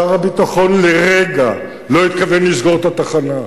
שר הביטחון לרגע לא התכוון לסגור את התחנה.